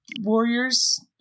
Warriors